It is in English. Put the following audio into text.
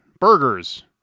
burgers